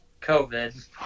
COVID